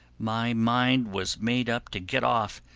my mind was made up to get off,